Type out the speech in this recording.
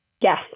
Yes